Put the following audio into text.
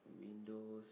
windows